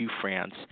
France